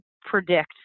predict